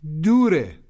Dure